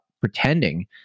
pretending